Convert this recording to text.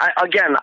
again